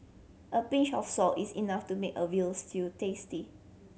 a pinch of salt is enough to make a veal stew tasty